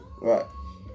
Right